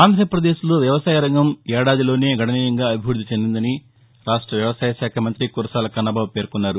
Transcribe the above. ఆంధ్రప్రదేశ్లో వ్యవసాయరంగం ఏడాదిలోనే గణనీయంగా అభివృద్ది చెందిందని ఆంధ్రప్రదేశ్ వ్యవసాయ శాఖ మంతి కురసాల కన్నబాబు పేర్కొన్నారు